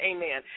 Amen